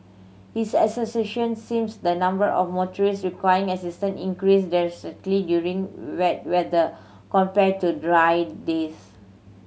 his association seems the number of motorists requiring assistance increase drastically during wet weather compared to dry days